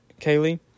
Kaylee